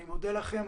אני מודה לכם.